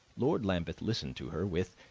lord lambeth listened to her with,